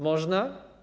Można?